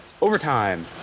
Overtime